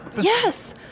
Yes